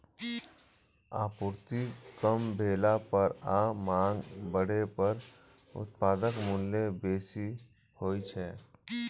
आपूर्ति कम भेला पर आ मांग बढ़ै पर उत्पादक मूल्य बेसी होइ छै